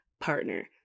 partner